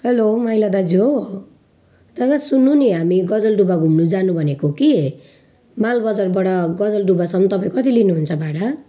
hello माइला दाजु हो दादा सुन्नु नि हामी गजलडुबा घुम्नु जानु भनेको कि माल बजारबाट गजलडुबासम्म तपाईँ कति लिनुहुन्छ भाडा